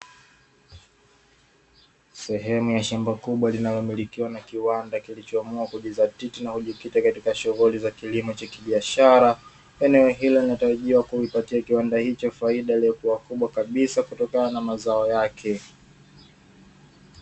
Sehemu ya shamba kubwa, linalomilikiwa na kiwanda kilichoamua kujizitatiti na kujikita katika shughuli za kilimo cha kibiashara, eneo hilo linatarajiwa kuipatia kiwanda hicho faida iliyokuwa kubwa kabisa kutokana na mazao yake.